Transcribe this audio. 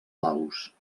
blaus